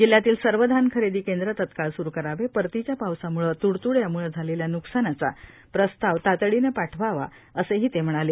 जिल्ह्यातील सर्व धान खरेदी केंद्र तात्काळ सुरू करावे परतीच्या पावसामुळे तुडतुड्यामूळे झालेल्या न्कसानाचा प्रस्ताव तातडीने पाठवावा असेही ते म्हणाले